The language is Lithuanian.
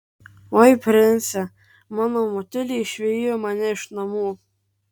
oi prince mano motulė išvijo mane iš namų